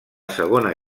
segona